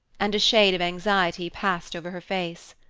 and a shade of anxiety passed over her face.